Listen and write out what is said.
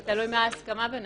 זה תלוי מה ההסכמה ביניהם.